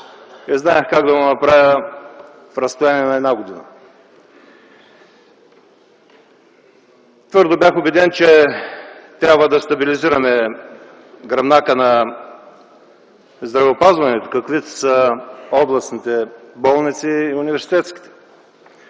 и знаех как да го направя в разстояние на една година. Твърдо бях убеден, че трябва да стабилизираме гръбнака на здравеопазването, каквито са областните болници и университетските,